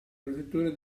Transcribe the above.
prefettura